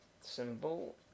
symbol